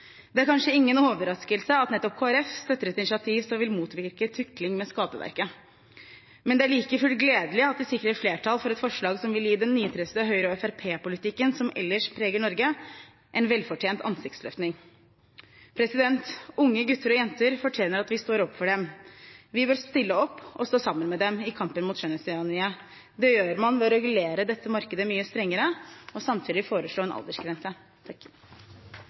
Det er kanskje ingen overraskelse at nettopp Kristelig Folkeparti støtter et initiativ som vil motvirke tukling med skaperverket, men det er like fullt gledelig at de sikrer flertall for et forslag som vil gi den nitriste Høyre–Fremskrittsparti-politikken som ellers preger Norge, en velfortjent ansiktsløftning. Unge gutter og jenter fortjener at vi står opp for dem. Vi bør stille opp og stå sammen med dem i kampen mot skjønnhetstyranniet. Det gjør vi ved å regulere dette markedet mye strengere og samtidig foreslå en aldersgrense.